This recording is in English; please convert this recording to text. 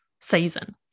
season